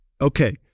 okay